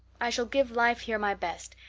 i shall give life here my best,